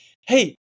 hey